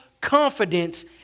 confidence